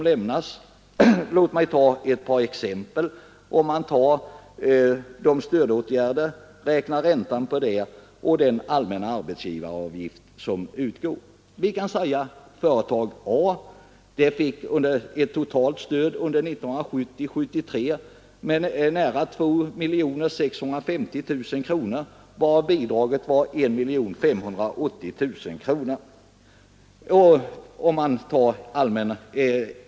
Låt mig ta ett par exempel. Låt oss anta att företag A fick ett totalt stöd under 1970—1973 med nära 2 650 000 kronor, varav bidraget var 1 580 000 kronor.